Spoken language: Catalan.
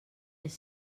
els